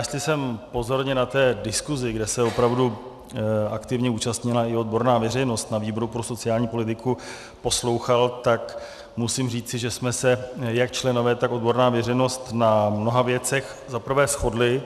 Jestli jsem pozorně na té diskusi, kde se opravdu aktivně účastnila i odborná veřejnost, na výboru pro sociální politiku poslouchal, tak musím říci, že jsme se jak členové, tak odborná veřejnost na mnoha věcech za prvé shodli.